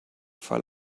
fall